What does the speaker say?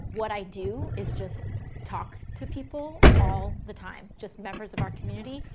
what i do is just talk to people all the time. just members of our community,